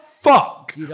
fuck